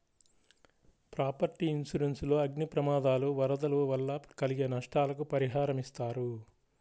property insurance లో అగ్ని ప్రమాదాలు, వరదలు వల్ల కలిగే నష్టాలకు పరిహారమిస్తారు